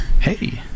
Hey